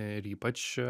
ir ypač